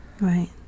Right